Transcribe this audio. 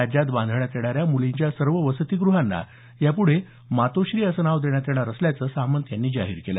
राज्यात बांधण्यात येणाऱ्या मुलींच्या सर्व वसतीग्रहांना याप्रढे मातोश्री असं नाव देण्यात येणार असल्याचं सामंत यांनी जाहीर केलं